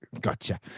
Gotcha